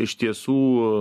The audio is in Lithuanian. iš tiesų